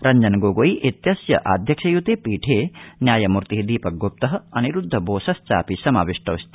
रंजनगोगोई इत्यस्य आध्याक्षय्ते पीठे न्यामूर्ति दीपकग्प्ता अनिरूद्ध बोसश्चापित समाविष्टौ स्त